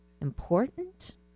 important